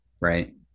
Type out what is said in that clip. Right